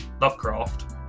Lovecraft